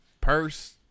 purse